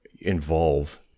involve